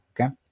okay